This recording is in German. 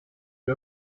die